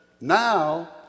now